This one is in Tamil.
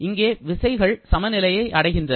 இங்கே விசைகள் சமநிலையை அடைகின்றன